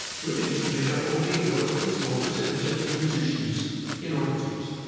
women used to make up only a relatively small percentage of the musicians in orchestras.